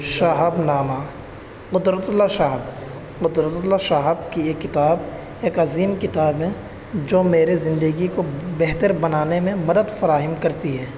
شہاب نامہ قدرت اللہ شہاب قدرت اللہ شہاب کی یہ کتاب ایک عظیم کتاب ہے جو میرے زندگی کو بہتر بنانے میں مدد فراہم کرتی ہے